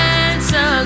answer